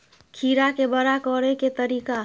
खीरा के बड़ा करे के तरीका?